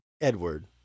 Edward